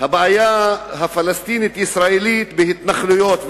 הבעיה הפלסטינית-ישראלית בהתנחלויות,